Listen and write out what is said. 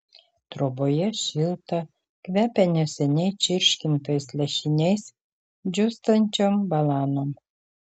troboje šilta kvepia neseniai čirškintais lašiniais džiūstančiom balanom